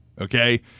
okay